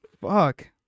Fuck